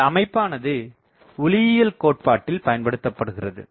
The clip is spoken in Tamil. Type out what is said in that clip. இந்த அமைப்பானது ஒளியியல் கோட்பாட்டில் பயன்படுத்தப்படுகிறது